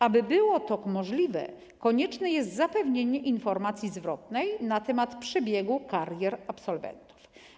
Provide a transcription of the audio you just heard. Aby było to możliwe, konieczne jest zapewnienie informacji zwrotnej na temat przebiegu karier absolwentów.